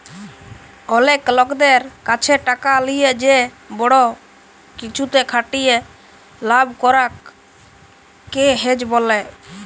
অলেক লকদের ক্যাছে টাকা লিয়ে যে বড় কিছুতে খাটিয়ে লাভ করাক কে হেজ ব্যলে